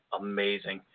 amazing